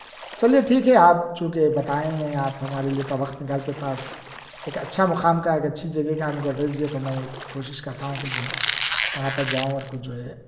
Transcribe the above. چلئے ٹھیک ہے آپ چونکہ بتائے ہیں آپ ہمارے لئے اتنا وقت نکال کے تب ایک اچھا مقام کا ایک اچھی جگہ کا ہم کو ایڈریس دئے تو میں کوشش کرتا ہوں کہ جو ہے وہاں پر جاؤں اور کچھ جو ہے